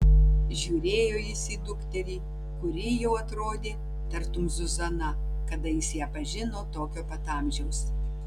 žiūrėjo jis į dukterį kuri jau atrodė tartum zuzana kada jis ją pažino tokio pat amžiaus